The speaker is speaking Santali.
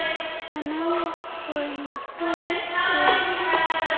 ᱥᱟᱱᱟᱢ ᱠᱚᱭ ᱱᱚᱥᱴᱚᱭᱮᱫ ᱠᱚᱣᱟᱭ